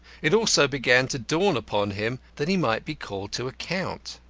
it also began to dawn upon him that he might be called to account.